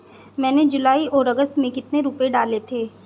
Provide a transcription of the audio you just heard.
मैंने जुलाई और अगस्त में कितने रुपये डाले थे?